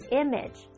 image